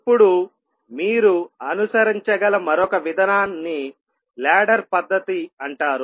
ఇప్పుడు మీరు అనుసరించగల మరొక విధానాన్ని లాడర్ పద్ధతి అంటారు